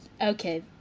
Okay